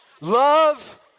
Love